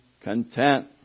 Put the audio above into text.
content